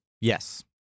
Yes